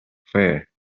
fair